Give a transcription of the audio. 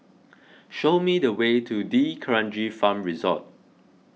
show me the way to D'Kranji Farm Resort